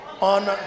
on